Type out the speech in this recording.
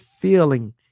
feeling